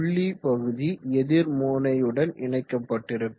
புள்ளி பகுதி எதிர் முனையுடன் இணைக்கப்பட்டிருக்கும்